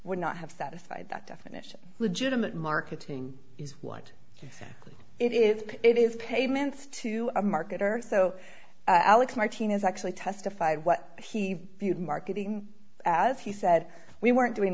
would not have satisfied that definition legitimate marketing is want it is it is payments to a marketer so alex martinez actually testified what he viewed marketing as he said we weren't doing